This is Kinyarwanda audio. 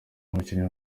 umukinnyi